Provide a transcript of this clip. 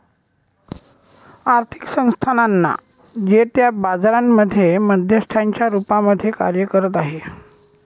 आर्थिक संस्थानांना जे त्या बाजारांमध्ये मध्यस्थांच्या रूपामध्ये कार्य करत आहे